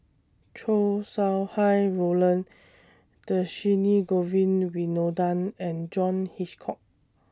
Chow Sau Hai Roland Dhershini Govin Winodan and John Hitchcock